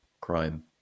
crime